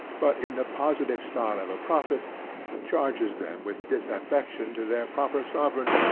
but in the positive stile of a prophet charges them with disaffection to their proper sovereign,